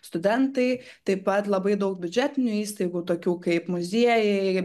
studentai taip pat labai daug biudžetinių įstaigų tokių kaip muziejai